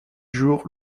jour